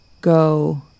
go